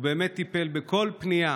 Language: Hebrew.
הוא באמת טיפל בכל פנייה